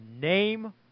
name